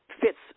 fits